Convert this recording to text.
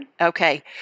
Okay